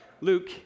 Luke